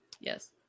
yes